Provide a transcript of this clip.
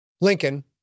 Lincoln